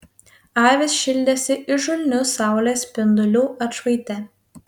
avys šildėsi įžulnių saulės spindulių atšvaite